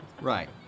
Right